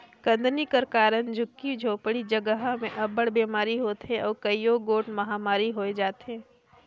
गंदगी कर कारन झुग्गी झोपड़ी जगहा में अब्बड़ बिमारी होथे अउ कइयो गोट महमारी होए जाथे